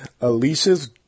Alicia's